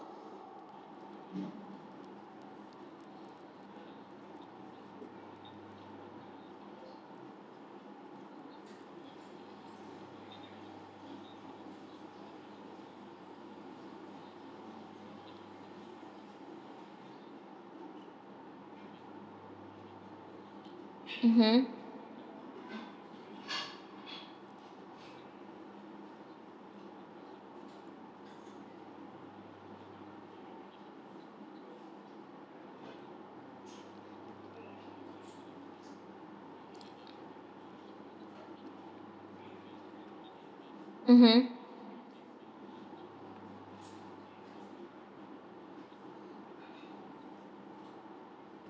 mmhmm mmhmm